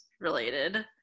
related